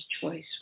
choice